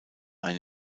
ein